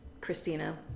Christina